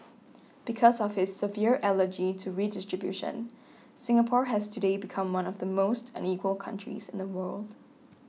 because of his severe allergy to redistribution Singapore has today become one of the most unequal countries in the world